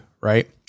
right